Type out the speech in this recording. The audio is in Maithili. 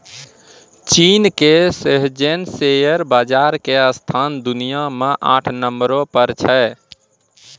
चीन के शेह्ज़ेन शेयर बाजार के स्थान दुनिया मे आठ नम्बरो पर छै